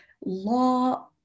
law